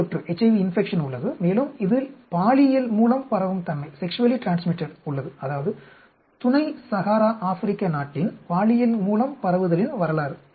we தொற்று உள்ளது மேலும் இதில் பாலியல் மூலம் பரவும் தன்மை உள்ளது அதாவது துணை சஹாரா ஆப்பிரிக்க நாட்டின் பாலியல் மூலம் பரவுதலின் வரலாறு